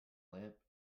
lamp